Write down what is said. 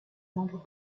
membres